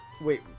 wait